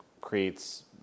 creates